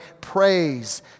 praise